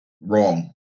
wrong